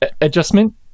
adjustment